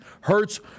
Hurts